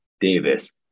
Davis